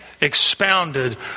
expounded